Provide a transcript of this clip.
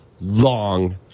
long